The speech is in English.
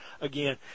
again